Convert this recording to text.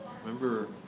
Remember